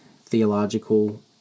theological